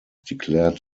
declared